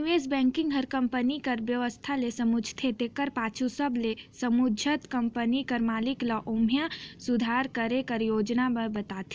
निवेस बेंकिग हर कंपनी कर बेवस्था ल समुझथे तेकर पाछू सब ल समुझत कंपनी कर मालिक ल ओम्हां सुधार करे कर योजना ल बताथे